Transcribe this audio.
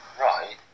Right